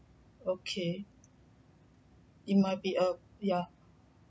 okay it might be a yeah